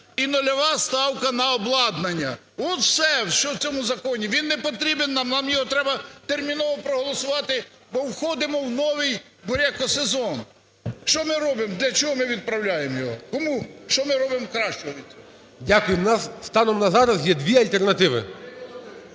І нульова ставка на обладнання. От все, що в цьому законі. Він не потрібен нам. Нам його терміново проголосувати, бо входимо в новий бурякосезон. Що ми робимо? Для чого ми відправляємо його? Кому що ми робимо кращого? ГОЛОВУЮЧИЙ. Дякую. У нас станом на зараз є дві альтернативи.